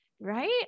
right